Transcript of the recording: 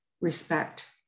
respect